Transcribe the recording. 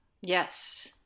Yes